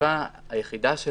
האכיפה היחידה של